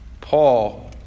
Paul